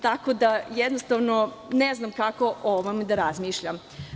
Tako da, jednostavno, ne znam kako o ovome da razmišljam.